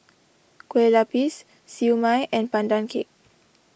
Kueh Lapis Siew Mai and Pandan Cake